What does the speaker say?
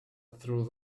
through